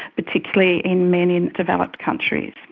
particularly in men in developed countries.